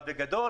בגדול,